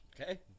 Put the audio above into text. Okay